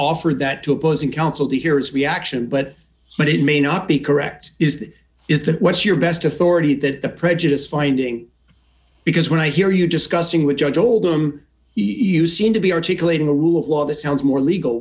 offered that to opposing counsel here is reaction but but it may not be correct is that is that what's your best authority that the prejudice finding because when i hear you discussing with judge oldham you seem to be articulating a rule of law that sounds more legal